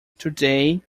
today